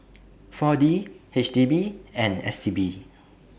four D H D B and S T B